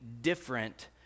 different